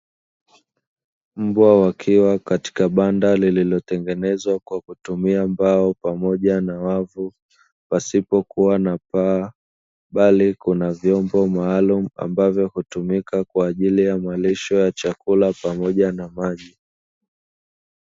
Mbwa wakiwa katika banda lililotengenezwa kwa kutumia mbao pamoja na wavu pasipokuwa na paa, bali kuna vyombo maalumu ambavyo hutumika kwaajili ya malisho ya chakula pamoja na maji.